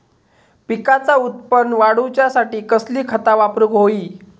पिकाचा उत्पन वाढवूच्यासाठी कसली खता वापरूक होई?